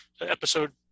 episode